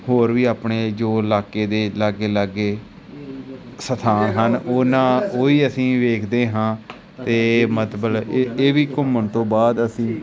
ਹੋਰ ਵੀ ਆਪਣੇ ਜੋ ਇਲਾਕੇ ਦੇ ਲਾਗੇ ਲਾਗੇ ਸਥਾਨ ਹਨ ਉਹਨਾਂ ਉਹ ਵੀ ਅਸੀਂ ਵੇਖਦੇ ਹਾਂ ਅਤੇ ਮਤਲਬ ਇਹ ਵੀ ਘੁੰਮਣ ਤੋਂ ਬਾਅਦ ਅਸੀਂ